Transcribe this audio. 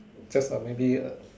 just like maybe a